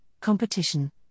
competition